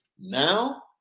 Now